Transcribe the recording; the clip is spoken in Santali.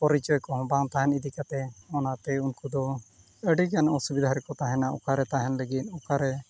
ᱯᱚᱨᱤᱪᱚᱭ ᱠᱚᱦᱚᱸ ᱵᱟᱝ ᱛᱟᱦᱮᱱ ᱤᱫᱤ ᱠᱟᱛᱮᱫ ᱚᱱᱟᱛᱮ ᱩᱱᱠᱩ ᱫᱚ ᱟᱹᱰᱤᱜᱟᱱ ᱚᱥᱩᱵᱤᱫᱷᱟ ᱨᱮᱠᱚ ᱛᱟᱦᱮᱱᱟ ᱚᱠᱟᱨᱮ ᱛᱟᱦᱮᱱ ᱞᱟᱹᱜᱤᱫ ᱚᱠᱟᱨᱮ